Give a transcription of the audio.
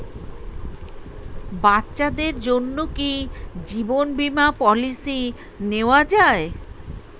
বাচ্চাদের জন্য কি জীবন বীমা পলিসি নেওয়া যায়?